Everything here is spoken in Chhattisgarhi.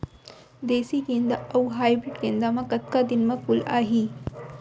देसी गेंदा अऊ हाइब्रिड गेंदा म कतका दिन म फूल आही?